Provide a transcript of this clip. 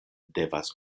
devas